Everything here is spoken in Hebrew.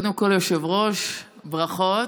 קודם כול, היושב-ראש, ברכות.